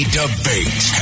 debate